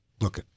look